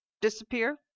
disappear